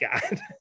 God